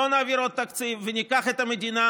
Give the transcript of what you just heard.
לא נעביר עוד תקציב וניקח את המדינה